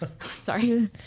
Sorry